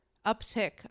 uptick